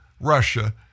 Russia